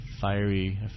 fiery